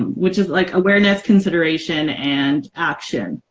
which is like awareness, consideration and action.